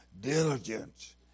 diligence